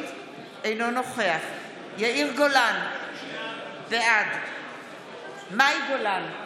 אינו נוכח יאיר גולן, בעד מאי גולן,